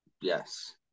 Yes